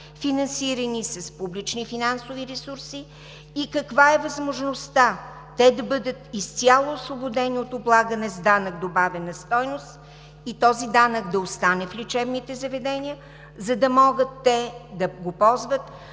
финансирани с публични финансови ресурси, и каква е възможността те да бъдат изцяло освободени от облагане с данък добавена стойност и този данък да остане в лечебните заведения, за да могат те да го ползват,